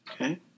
Okay